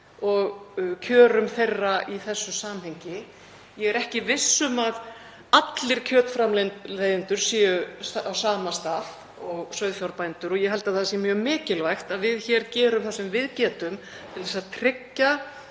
og kjörum þeirra í þessu samhengi. Ég er ekki viss um að allir kjötframleiðendur séu á sama stað og sauðfjárbændur og ég held að það sé mjög mikilvægt að við hér gerum það sem við getum til að tryggja